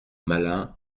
malin